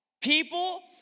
People